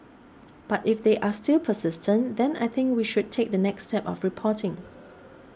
but if they are still persistent then I think we should take the next step of reporting